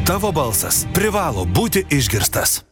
tavo balsas privalo būti išgirstas